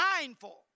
mindful